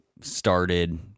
started